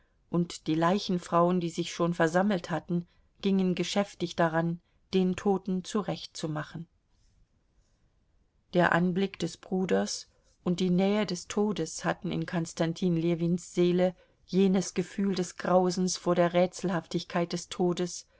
und die leichenfrauen die sich schon versammelt hatten gingen geschäftig daran den toten zurechtzumachen der anblick des bruders und die nähe des todes hatten in konstantin ljewins seele jenes gefühl des grausens vor der rätselhaftigkeit des todes